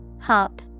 Hop